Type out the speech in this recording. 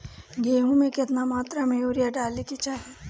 गेहूँ में केतना मात्रा में यूरिया डाले के चाही?